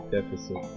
Deficit